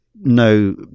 no